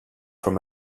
from